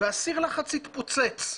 וסיר הלחץ התפוצץ,